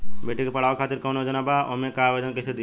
बेटी के पढ़ावें खातिर कौन योजना बा और ओ मे आवेदन कैसे दिहल जायी?